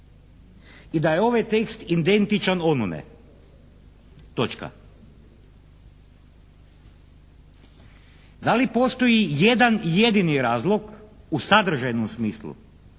i da je ovaj tekst identičan onome. Točka. Da li postoji jedan jedini razlog u sadržajnom smislu